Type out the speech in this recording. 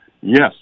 yes